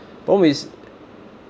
problem is